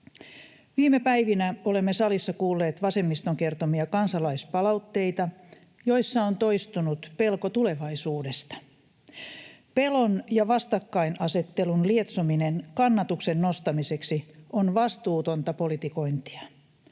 Viime päivinä olemme salissa kuulleet vasemmiston kertomia kansalaispalautteita, joissa on toistunut pelko tulevaisuudesta. Pelon ja vastakkainasettelun lietsominen kannatuksen nostamiseksi on vastuutonta politikointia.